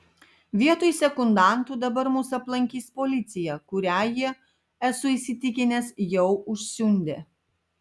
vietoj sekundantų dabar mus aplankys policija kurią jie esu įsitikinęs jau užsiundė